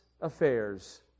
affairs